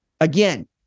Again